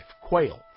quail